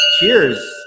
cheers